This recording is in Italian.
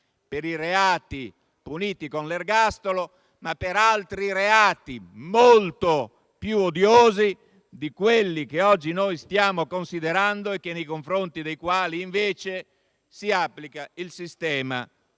per i reati puniti con l'ergastolo, ma anche per altri reati, molto più odiosi di quelli che oggi noi stiamo considerando e nei confronti dei quali, invece, si applica il sistema